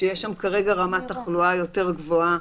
שיש שם כרגע רמת תחלואה יותר גבוהה.